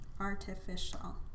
Artificial